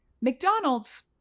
McDonald's